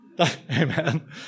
Amen